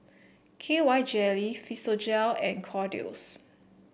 K Y Jelly Physiogel and Kordel's